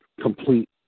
complete